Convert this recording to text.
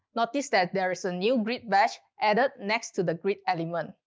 notice that there is a new grid batch added next to the grid element.